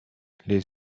les